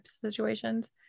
situations